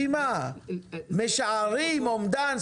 משערים אומדן?